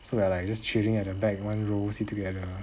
so we are like just chilling at the back one row sit together